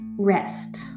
rest